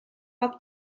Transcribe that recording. bob